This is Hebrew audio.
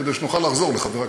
כדי שנוכל לחזור לחבר הכנסת.